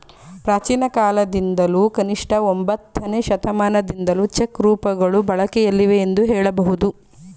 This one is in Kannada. ಪ್ರಾಚೀನಕಾಲದಿಂದಲೂ ಕನಿಷ್ಠ ಒಂಬತ್ತನೇ ಶತಮಾನದಿಂದಲೂ ಚೆಕ್ ರೂಪಗಳು ಬಳಕೆಯಲ್ಲಿವೆ ಎಂದು ಹೇಳಬಹುದು